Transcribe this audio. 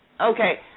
Okay